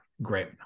great